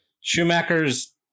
Schumacher's